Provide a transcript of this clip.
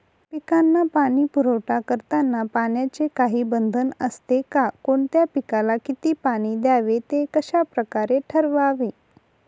पिकांना पाणी पुरवठा करताना पाण्याचे काही बंधन असते का? कोणत्या पिकाला किती पाणी द्यावे ते कशाप्रकारे ठरवावे?